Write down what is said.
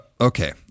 Okay